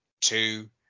two